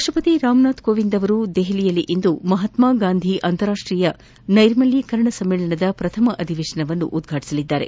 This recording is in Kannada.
ರಾಷ್ಟ ಪತಿ ರಾಮನಾಥ್ ಕೋವಿಂದ್ ಅವರು ನವದೆಹಲಿಯಲ್ಲಿಂದು ಮಹಾತ್ಮ ಗಾಂಧಿ ಅಂತಾರಾಷ್ಟೀಯ ನೈರ್ಮಲೀಕರಣ ಸಮ್ಮೇಳನದ ಪ್ರಥಮ ಅಧಿವೇಶನವನ್ನು ಉದ್ಪಾಟಿಸಲಿದ್ದಾರೆ